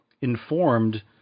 informed